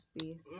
space